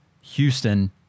Houston